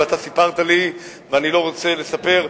אתה סיפרת לי ואני לא רוצה לספר,